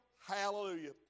hallelujah